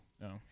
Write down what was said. No